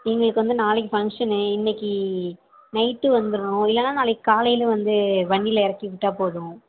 எங்களுக்கு வந்து நாளைக்கு ஃபங்க்ஷன்னு இன்னைக்கு நைட்டு வந்துர்ணும் இல்லைனா நாளைக்கு காலையில் வந்து வண்டியில இறக்கி விட்டால் போதும்